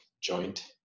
joint